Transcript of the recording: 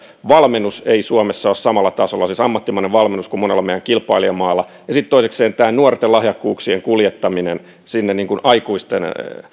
valmennus ei suomessa ole samalla tasolla siis ammattimainen valmennus kuin monella meidän kilpailijamaalla ja sitten toisekseen on tämä nuorten lahjakkuuksien kuljettaminen sinne aikuisten